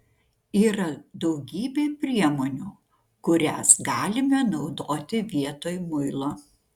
yra daugybė priemonių kurias galime naudoti vietoj muilo